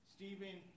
Stephen